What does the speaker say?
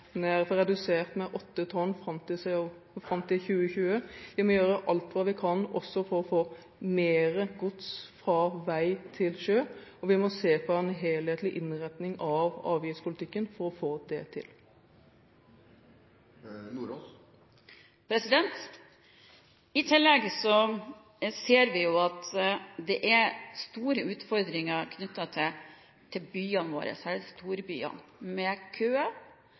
redusert med 0,8 millioner tonn CO2 fram til 2020. Vi må gjøre alt vi kan også for å få mer gods over fra vei til sjø, og vi må se på en helhetlig innretning av avgiftspolitikken for å få det til. I tillegg ser vi at det er store utfordringer knyttet til storbyene våre, utfordringer med køer knyttet til